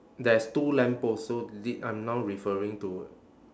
there is two lamppost so did I'm now referring to